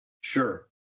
Sure